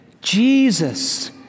Jesus